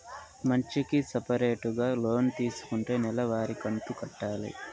మంచికి సపరేటుగా లోన్ తీసుకుంటే నెల వారి కంతు కట్టాలి